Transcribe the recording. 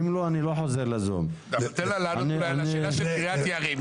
לפני שאתה מתחיל פאיז, אני שכחתי גם